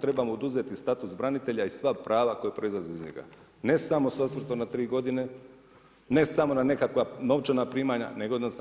treba mu oduzeti status branitelja i sva prava koja proizlaze iz njega ne samo sa osvrtom na tri godine, ne samo na nekakva novčana primanja, nego jednostavno sve.